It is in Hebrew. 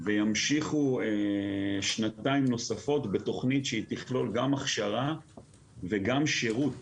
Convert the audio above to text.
וימשיכו שנתיים נוספות בתכנית שתכלול גם הכשרה וגם שירות